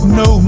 no